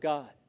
God